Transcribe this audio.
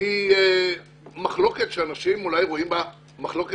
היא מחלוקת שאנשים אולי רואים בה מחלוקת